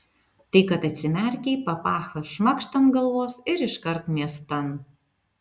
tai kad atsimerkei papachą šmakšt ant galvos ir iškart miestan